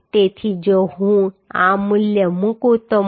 તેથી જો હું આ મૂલ્ય મૂકું તો મને 67